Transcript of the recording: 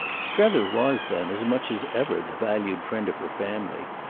strether was then as much as ever the valued friend of her family,